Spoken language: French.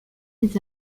les